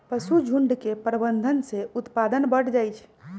पशुझुण्ड के प्रबंधन से उत्पादन बढ़ जाइ छइ